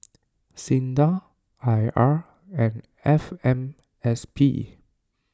Sinda I R and F M S P